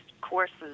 courses